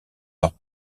leur